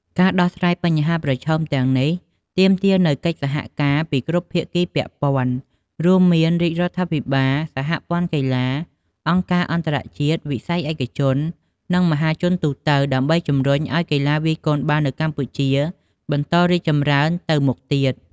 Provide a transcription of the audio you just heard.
ការដោះស្រាយបញ្ហាប្រឈមទាំងនេះទាមទារនូវកិច្ចសហការពីគ្រប់ភាគីពាក់ព័ន្ធ រួមមានរាជរដ្ឋាភិបាល សហព័ន្ធកីឡា អង្គការអន្តរជាតិ វិស័យឯកជន និងមហាជនទូទៅ ដើម្បីជំរុញឱ្យកីឡាវាយកូនបាល់នៅកម្ពុជាបន្តរីកចម្រើនទៅមុខទៀត។